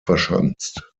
verschanzt